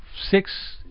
six